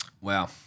Wow